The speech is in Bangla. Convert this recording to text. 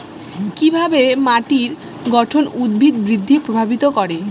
কিভাবে মাটির গঠন উদ্ভিদ বৃদ্ধি প্রভাবিত করে?